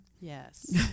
Yes